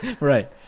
Right